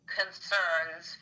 concerns